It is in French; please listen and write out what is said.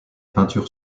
peintures